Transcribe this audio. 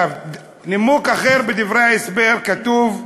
נימוק אחר, בדברי ההסבר כתוב: